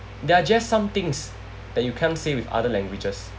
there are just some things that you can't say with other languages